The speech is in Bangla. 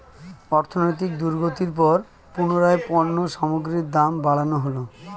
অর্থনৈতিক দুর্গতির পর পুনরায় পণ্য সামগ্রীর দাম বাড়ানো হলো